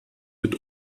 mit